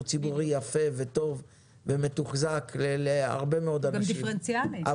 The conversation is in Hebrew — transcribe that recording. ציבורי יפה וטוב ומתוחזק להרבה מאוד אנשים.